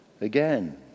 again